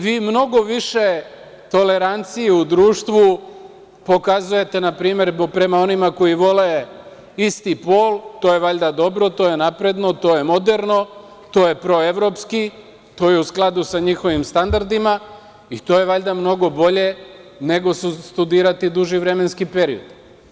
Vi mnogo više tolerancije u društvu pokazujete npr. prema onima koji vole isti pol, to je valjda dobro, to je napredno, to je moderno, to je proevropski, to je u skladu sa njihovim standardima i to je valjda mnogo bolje nego studirati duži vremenski period.